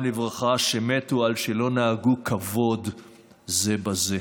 לברכה שמתו על שלא נהגו כבוד זה בזה.